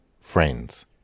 Friends